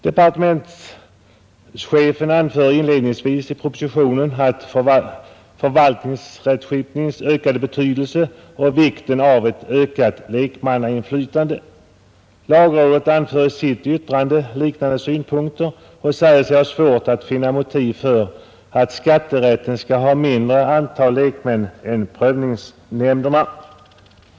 Departementschefen nämner inledningsvis i propositionen förvaltningsrättskipningens ökade betydelse och vikten av ett ökat lekmannainflytande. Lagrådet anför i sitt yttrande liknande synpunkter och säger sig ha svårt att finna motiv för att skatterätten skall ha mindre antal lekmän än prövningsnämnderna.